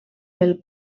pel